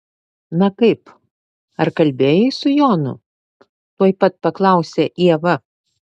na kaip ar kalbėjai su jonu tuoj pat paklausė ieva